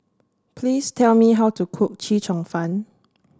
please tell me how to cook Chee Cheong Fun